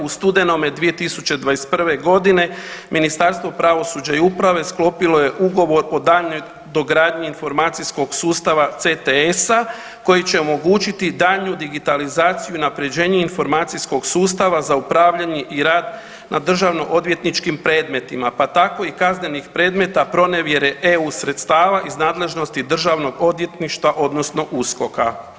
U studenome 2021. godine Ministarstvo pravosuđa i uprave sklopilo je ugovor o daljnjoj dogradnji informacijskog sustava CTS-a koji će omogućiti daljnju digitalizaciju i unapređenje informacijskog sustava za upravljanje i rad na državno odvjetničkim predmetima pa tako i kaznenih predmeta pronevjere EU sredstava iz nadležnosti Državnog odvjetništva odnosno USKOK-a.